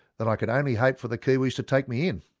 then i could only hope for the kiwis to take me in!